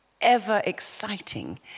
ever-exciting